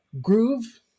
groove